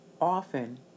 often